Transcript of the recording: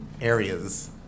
areas